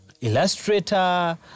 Illustrator